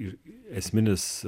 ir esminis